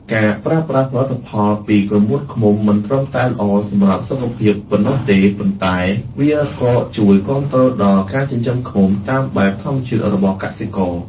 ការប្រើប្រាស់ផលិតផលពីក្រមួនឃ្មុំមិនត្រឹមតែល្អសម្រាប់សុខភាពប៉ុណ្ណោះទេ ប៉ុន្តែ វាក៏ជួយគាំទ្រដល់ការចិញ្ចឹមឃ្មុំតាមបែបធម្មជាតិរបស់កសិករ។